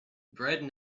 bread